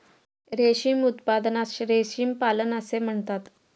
रेशीम उत्पादनास रेशीम पालन असे म्हणतात